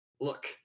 Look